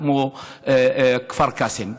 כמו כפר קאסם.